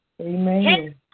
Amen